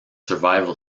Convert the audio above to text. survival